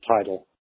title